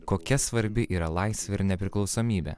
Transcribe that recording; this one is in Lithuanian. kokia svarbi yra laisvė ir nepriklausomybė